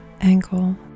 ankle